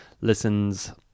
listens